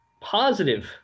positive